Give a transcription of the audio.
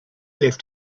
left